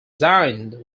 signed